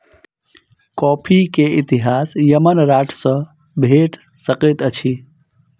coffee के इतिहास Yemen राष्ट्र सॅ भेट सकैत अछि